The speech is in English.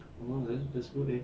don't know leh looks good eh